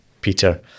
peter